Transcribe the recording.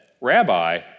Rabbi